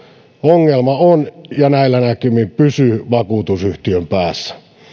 ongelma on ja näillä näkymin pysyy vakuutusyhtiön päässä